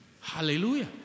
Hallelujah